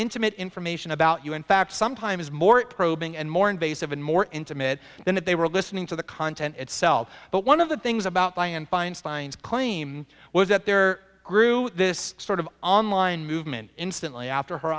intimate information about you in fact sometimes more probing and more invasive and more intimate than that they were listening to the content itself but one of the things about dianne feinstein's claim was that there grew this sort of online movement instantly after her